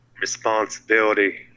responsibility